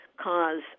cause